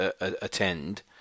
attend